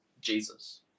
Jesus